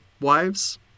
wives